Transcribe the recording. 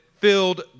filled